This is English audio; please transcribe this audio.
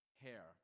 hair